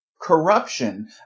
corruption